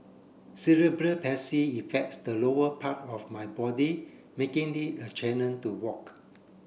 Cerebral Palsy affects the lower part of my body making it a challenge to walk